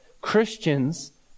Christians